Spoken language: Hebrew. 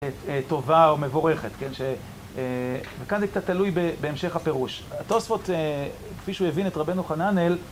טובה או מבורכת, וכאן זה קצת תלוי בהמשך הפירוש. התוספות, כפי שהוא הבין, את רבנו חננאל...